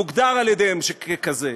המוגדר על-ידיהם ככזה,